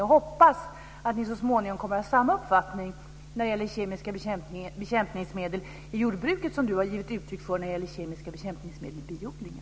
Jag hoppas att ni så småningom kommer att ha samma uppfattning när det gäller kemiska bekämpningsmedel i jordbruket som Gunnel Wallin har gett uttryck för när det gäller kemiska bekämpningsmedel i biodlingen.